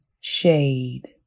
shade